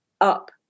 up